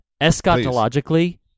Eschatologically